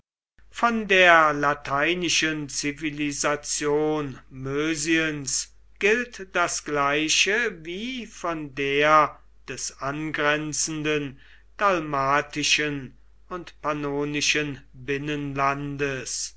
von der lateinischen zivilisation mösiens gilt das gleiche wie von der des angrenzenden dalmatischen und pannonischen binnenlandes